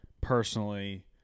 personally